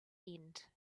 end